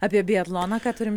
apie biatloną ką turim